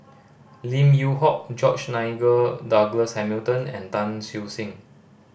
Lim Yew Hock George Nigel Douglas Hamilton and Tan Siew Sin